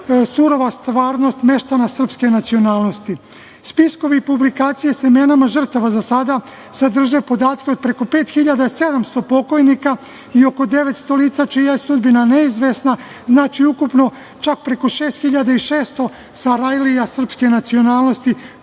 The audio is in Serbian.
surova stvarnost meštana srpske nacionalnosti. Spiskovi i publikacije sa imenima žrtava za sada sadrže podatke od preko 5.700 pokojnika i oko 900 lica čija je sudbina neizvesna, znači, ukupno čak preko 6.600 Sarajlija srpske nacionalnosti